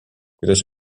kuidas